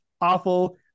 awful